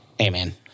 Amen